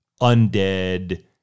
undead